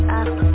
up